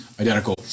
identical